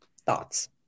Thoughts